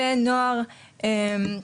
משטרת ישראל היא בעצם,